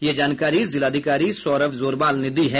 यह जानकारी जिलाधिकारी सौरभ जोरवाल ने दी है